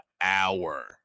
hour